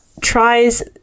tries